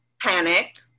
panicked